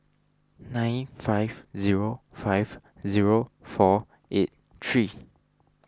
nine five zero five zero four eight three